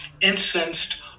incensed